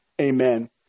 Amen